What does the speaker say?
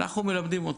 אנחנו מלמדים אותם,